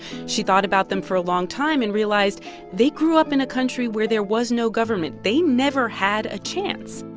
she thought about them for a long time and realized they grew up in a country where there was no government. they never had a chance.